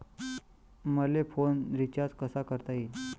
मले phone recharge कसा करता येईन?